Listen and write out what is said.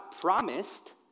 promised